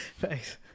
Thanks